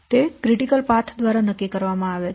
તે critical path દ્વારા નક્કી કરવામાં આવે છે